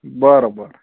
बरं बरं